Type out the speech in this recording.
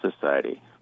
Society